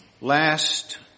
last